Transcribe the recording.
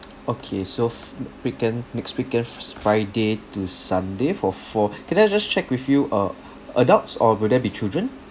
okay so f~ weekend next weekend s~ friday to sunday for four can I just check with you uh adults or will there be children